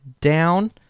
down